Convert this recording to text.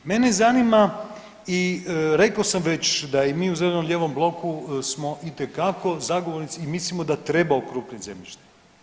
Mene zanima i rekao sam već da i mi u zeleno-lijevom bloku smo itekako zagovornici i mislimo da treba okrupnit zemljište.